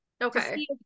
Okay